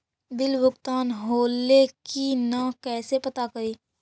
Bill भुगतान होले की न कैसे पता करी?